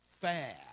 fair